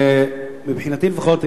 מבחינתי לפחות,